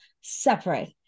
separate